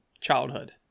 childhood